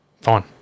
Fine